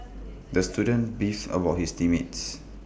the student beefed about his team mates